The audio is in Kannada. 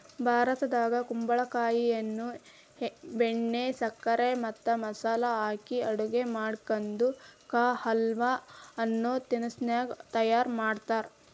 ಭಾರತದಾಗ ಕುಂಬಳಕಾಯಿಯನ್ನ ಬೆಣ್ಣೆ, ಸಕ್ಕರೆ ಮತ್ತ ಮಸಾಲೆ ಹಾಕಿ ಅಡುಗೆ ಮಾಡಿ ಕದ್ದು ಕಾ ಹಲ್ವ ಅನ್ನೋ ತಿನಸ್ಸನ್ನ ತಯಾರ್ ಮಾಡ್ತಾರ